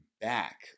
back